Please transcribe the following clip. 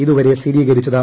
ഇതുവരെ സ്ഥിരീകരിച്ചത്